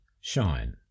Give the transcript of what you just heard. Shine